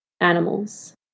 animals